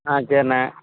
ஆ சரிண்ண